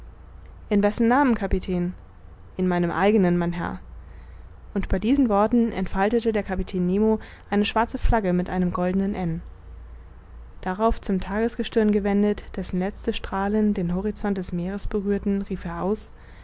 in wessen namen kapitän in meinem eigenen mein herr und bei diesen worten entfaltete der kapitän nemo eine schwarze flagge mit einem goldenen n darauf zum tagesgestirn gewendet dessen letzte strahlen den horizont des meeres berührten rief er aus